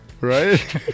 Right